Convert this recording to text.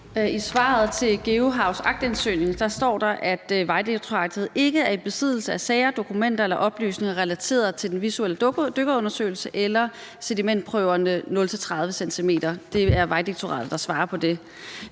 I svaret til Geohavs aktindsigtsansøgning står der, at Vejdirektoratet ikke er i besiddelse af sager, dokumenter eller oplysninger relateret til den visuelle dykkerundersøgelse eller sedimentprøverne for 0-30 cm. Det er Vejdirektoratet, der svarer på det.